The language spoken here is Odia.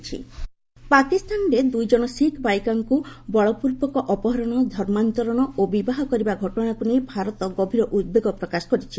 ଇଣ୍ଡିଆ ପାକ୍ ଶିଖ୍ ପାକିସ୍ତାନରେ ଦୁଇଜଣ ଶିଖ୍ ବାଳିକାଙ୍କୁ ବଳପୂର୍ବକ ଅପହରଣ ଧର୍ମାନ୍ତରଣ ଓ ବିବାହ କରିବା ଘଟଣାକୁ ନେଇ ଭାରତ ଗଭୀର ଉଦ୍ବେଗ ପ୍ରକାଶ କରିଛି